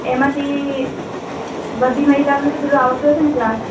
એમાંથી બધી મહિલાઓને તો પેલું આવડતું હશે ને ક્લાસ